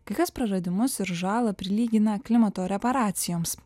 kai kas praradimus ir žalą prilygina klimato reparacijoms